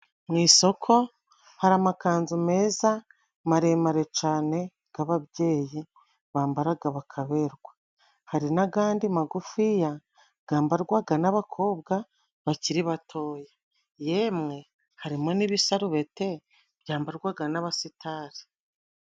Mu isoko hari amakanzu meza maremare cyane nk'ababyeyi bambaraga bakaberwa. Hari n'agandi magufiya gambarwaga n'abakobwa bakiri batoya, yemwe harimo n'ibisarubeti byambarwaga n'abasitari.